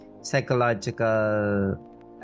psychological